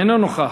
אינו נוכח.